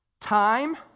time